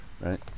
right